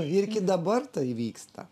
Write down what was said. ir iki dabar tai vyksta